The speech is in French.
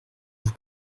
vous